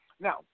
Now